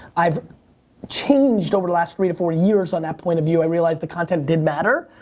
i've changed over the last three to four years on that point of view. i realized the content did matter.